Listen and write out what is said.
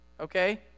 Okay